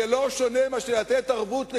זה לא שונה מלתת ערבות לכביש.